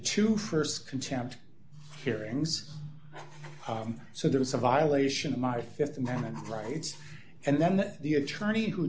two st contempt hearings so there was a violation of my th amendment rights and then the attorney who